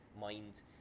mind